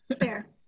Fair